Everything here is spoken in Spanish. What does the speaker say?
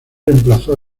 reemplazó